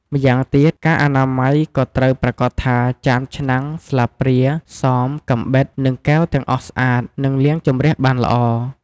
ម្យ៉ាងទៀតការអនាម័យ ក៏ត្រូវប្រាកដថា ចានឆ្នាំង ស្លាបព្រា សម កាំបិត និងកែវទាំងអស់ស្អាត និងលាងជម្រះបានល្អ។